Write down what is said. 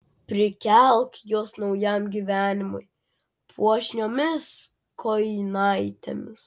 prikelk juos naujam gyvenimui puošniomis kojinaitėmis